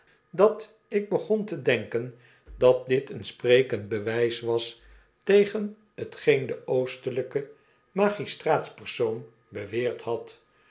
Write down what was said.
dat ik begon te denken dat dit een sprekend bewijs was tegen t geen de oostelijke magistraatspersoon beweerd had